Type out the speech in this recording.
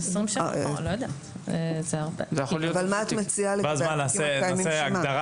מה את מציעה לגבי התיקים הקיימים?